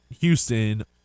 Houston